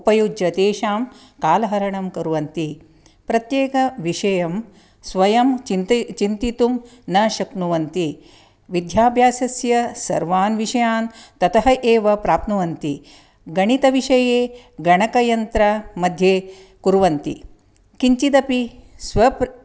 उपयुज्य तेषां कालहरणं कुर्वन्ति प्रत्येकविषयं स्वयं चिन्त चिन्तितुं न शक्नुवन्ति विद्याभ्यासस्य सर्वान् विषयान् ततः एव प्राप्नुवन्ति गणितविषये गणकयन्त्र मध्ये कुर्वन्ति किञ्चिदपि स्व